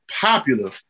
popular